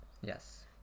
Yes